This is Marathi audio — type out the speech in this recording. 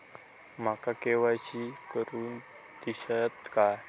माका के.वाय.सी करून दिश्यात काय?